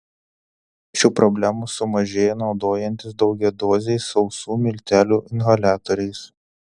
šių problemų sumažėja naudojantis daugiadoziais sausų miltelių inhaliatoriais